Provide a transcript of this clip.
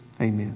Amen